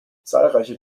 zahlreiche